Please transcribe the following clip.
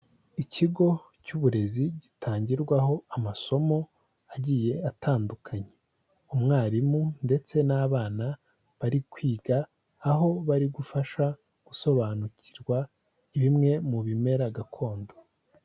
Ikigo cy'uburezi gitangirwaho amasomo agiye atandukanye, umwarimu ndetse n'abana bari kwiga, aho bari gufasha gusobanukirwa bimwe mu bimera gakondo.